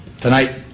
Tonight